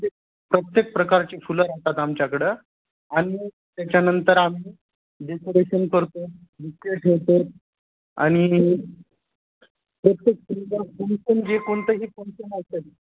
प्र प्रत्येक प्रकारची फुलं राहतात आमच्याकडं आणि त्याच्यानंतर आम्ही डेकोरेशन करतो बुके ठेवतो आणि प्रत्येक फंक्शन तुमचं जे कोणतंही फंक्शन असतात